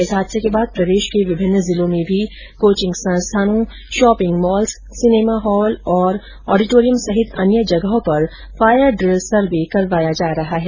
इस हादसे के बाद प्रदेश के विभिन्न जिलों में भी कोचिंग संस्थानों शॉपिंग मॉल्स सिनेमा हॉल और ऑडिटोरियम सहित अन्य जगहों पर फायर ड्रिल सर्वे करवाया जा रहा है